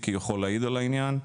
צביקי יכול להעיד על העניין.